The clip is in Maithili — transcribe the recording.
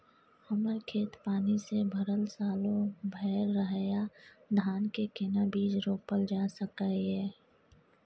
हमर खेत पानी से भरल सालो भैर रहैया, धान के केना बीज रोपल जा सकै ये?